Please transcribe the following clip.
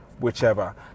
whichever